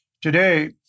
Today